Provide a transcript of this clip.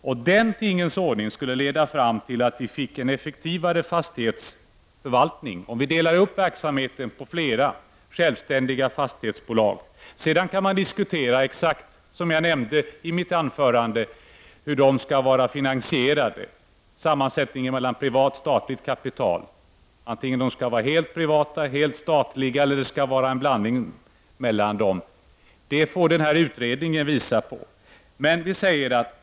Om vi delar upp verksamheten på flera självständiga fastighetsbolag, skulle det leda till att vi fick en effektivare fastighetsförvaltning. Sedan kan man diskutera, vilket jag nämnde i mitt tidigare anförande, hur dessa företag skall vara finansierade och fördelningen mellan privat och statligt kapital. Antingen skall företagen vara helt privata eller helt statliga eller också skall det vara en blandning mellan dessa former. Det får utredningen visa.